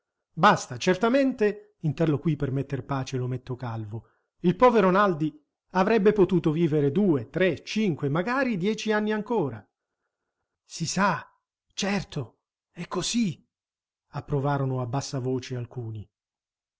basta certamente interloquì per metter pace l'ometto calvo il povero naldi avrebbe potuto vivere due tre cinque magari dieci anni ancora si sa certo è così approvarono a bassa voce alcuni